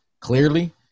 clearly